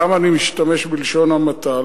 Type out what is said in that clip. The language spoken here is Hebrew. אבל למה אני משתמש בלשון המעטה,